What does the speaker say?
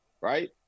right